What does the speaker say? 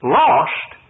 lost